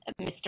Mr